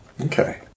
Okay